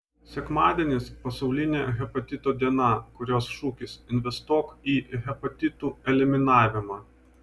sekmadienis pasaulinė hepatito diena kurios šūkis investuok į hepatitų eliminavimą